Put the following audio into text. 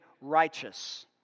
righteous